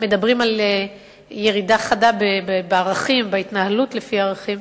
מדברים על ירידה חדה בערכים, בהתנהלות לפי ערכים,